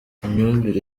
imyumvire